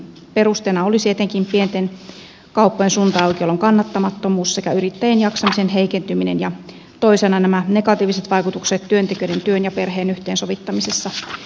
perusteena olisi etenkin pienten kauppojen sunnuntaiaukiolon kannattamattomuus sekä yrittäjien jaksamisen heikentyminen ja toisena nämä negatiiviset vaikutukset työntekijöiden työn ja perheen yhteensovittamisessa